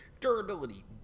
durability